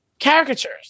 caricatures